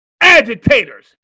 agitators